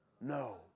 No